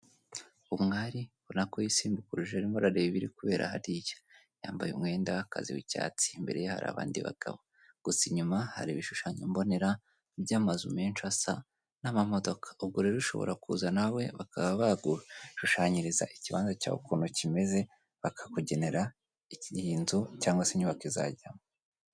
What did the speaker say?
Umwari ubona ko yisimbukuruje arimo arareba ibiri kubera hariya. Yambaye umwenda w'akazi w'icyatsi, imbere ye hari abandi bagabo, gusa inyuma hari ibishushanyo mbonera by'amazu menshi asa n'amamodoka. Ubwo rero ushobora kuza nawe bakaba bagushushanyiriza ikibanza cyawe ukuntu kimeze, bakakugenera inzu cyangwa se inyubako izajyamo.